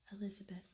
Elizabeth